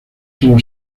sólo